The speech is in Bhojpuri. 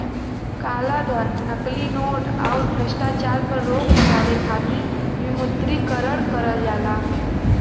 कालाधन, नकली नोट, आउर भ्रष्टाचार पर रोक लगावे खातिर विमुद्रीकरण करल जाला